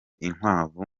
inkwavu